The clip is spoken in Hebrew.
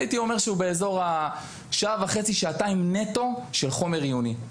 הייתי אומר שהוא באזור שעה וחצי שעתיים נטו של חומר עיוני.